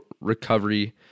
recovery